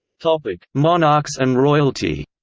but ah but monarchs and royalty